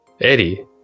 Eddie